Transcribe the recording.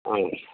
अँ